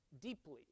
deeply